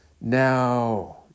Now